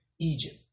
Egypt